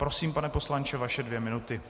Prosím, pane poslanče, vaše dvě minuty.